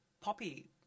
poppy